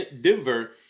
Denver